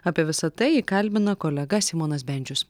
apie visa tai jį kalbina kolega simonas bendžius